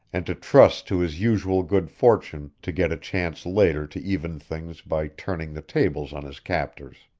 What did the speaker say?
and to trust to his usual good fortune to get a chance later to even things by turning the tables on his captors.